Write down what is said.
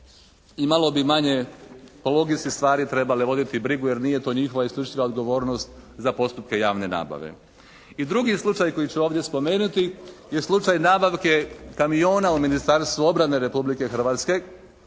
i malo bi manje po logici stvari trebale voditi brigu, jer nije to njihova isključiva odgovornost za postupka javne nabave. I drugi slučaj koji ću ovdje spomenuti je slučaj nabavke kamiona u Ministarstvu obrane Republike Hrvatske